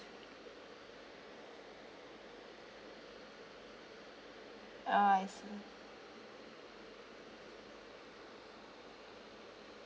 oh I see